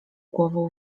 głową